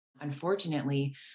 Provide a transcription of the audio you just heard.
unfortunately